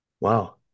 Wow